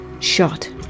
Shot